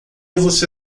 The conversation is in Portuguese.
você